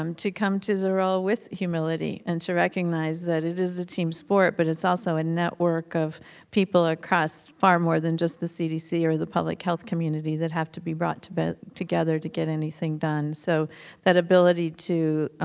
um to come to the role with humility and to recognize that it is a team sport, but it's also a network of people across far more than just the cdc or the public health community that have to be brought but together to get anything done. so that ability to, ah